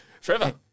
Trevor